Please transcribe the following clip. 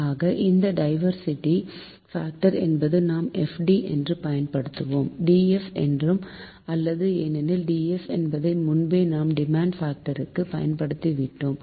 ஆக இந்த diversity factor என்பதற்கு நாம் FD என்று பயன்படுத்துவோம் DF என்று அல்ல ஏனெனில் DF என்பதை முன்பே நாம் டிமாண்ட் பாக்டருக்கு பயன்படுத்திவிட்டோம்